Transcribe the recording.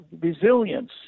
resilience